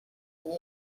عالیه